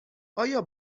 آیا